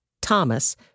Thomas